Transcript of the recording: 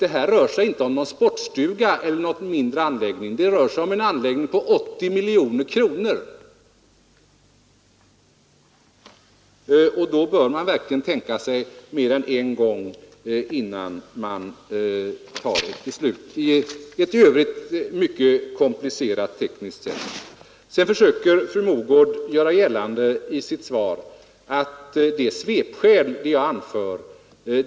Här rör det sig inte om en sportstuga eller om något annat mindre bygge, utan det är fråga om en anläggning på 80 miljoner kronor. Då bör man verkligen tänka sig för mer än en gång, innan man tar ett beslut. Fru Mogård försökte också i sitt anförande göra gällande att det som jag anfört bara är svepskäl.